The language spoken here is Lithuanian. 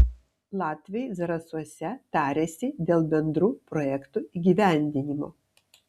latviai zarasuose tarėsi dėl bendrų projektų įgyvendinimo